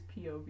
POV